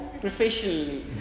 professionally